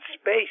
space